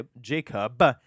Jacob